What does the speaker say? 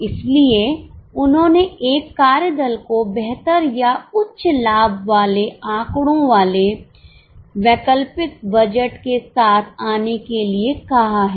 इसलिए उन्होंने एक कार्य दल को बेहतर या उच्च लाभ वाले आंकड़ों वाले वैकल्पिक बजट के साथ आने के लिए कहा है